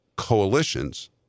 coalitions